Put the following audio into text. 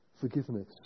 forgiveness